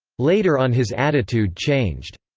later on his attitude changed.